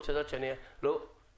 אני רוצה לדעת שאני לא קלקלתי,